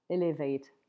elevate